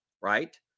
right